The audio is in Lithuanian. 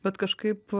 bet kažkaip